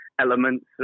Elements